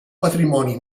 patrimoni